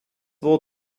war